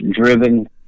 driven